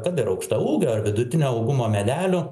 kad ir aukštaūgio ar vidutinio augumo medelių